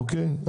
אוקיי?